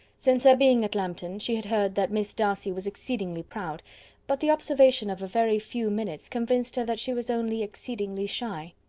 since her being at lambton, she had heard that miss darcy was exceedingly proud but the observation of a very few minutes convinced her that she was only exceedingly shy.